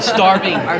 Starving